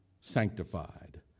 sanctified